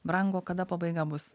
brango kada pabaiga bus